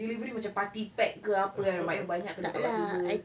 delivery macam a party pack ke apa kan banyak-banyak kena taruh dekat table